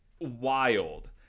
wild